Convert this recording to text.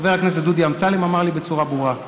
חבר הכנסת דודי אמסלם אמר לי בצורה ברורה: